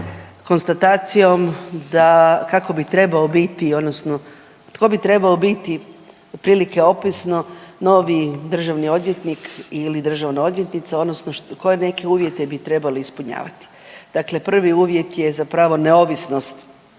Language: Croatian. biti, odnosno tko bi trebao biti otprilike opisno novi državni odvjetnik ili državna odvjetnica, odnosno koje uvjete bi trebali ispunjavati. Dakle, prvi uvjet je zapravo neovisnost